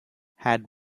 had